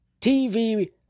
TV